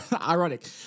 Ironic